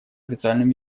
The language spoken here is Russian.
официальным